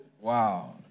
Wow